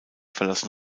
verlassen